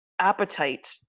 appetite